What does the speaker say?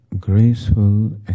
Graceful